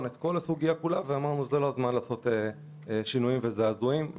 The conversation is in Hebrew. את כל הסוגיה וזה לא הזמן לעשות שינויים וזעזועים.